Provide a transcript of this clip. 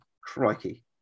crikey